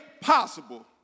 possible